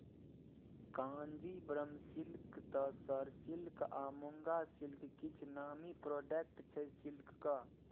Kanjeevaram silk, tussar silk आ muga silk किछ नामी प्रोडक्ट छै सिल्कक